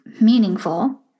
meaningful